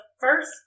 first